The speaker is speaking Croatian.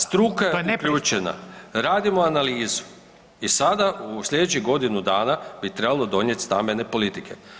Struka je uključena, radimo analizu i sada u slijedeću godinu dana bi trebalo donijet stambene politike.